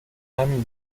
همینه